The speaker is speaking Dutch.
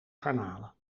garnalen